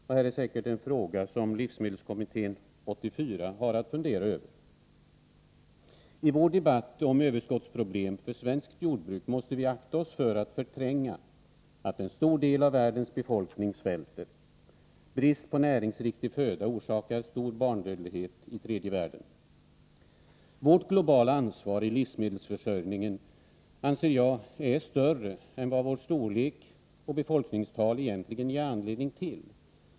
Det här är en fråga som 1984 års livsmedelskommitté säkerligen har anledning att fundera över. I vår debatt om överskottsproblem för svenskt jordbruk måste vi akta oss för att förtränga att en stor del av världens befolkning svälter. Brist på näringsriktig föda orsakar stor barnadödlighet i tredje världen. Jag anser att vårt globala ansvar i livsmedelsförsörjningen är större än vad vårt lands storlek och befolkningstal egentligen skulle ge anledning till.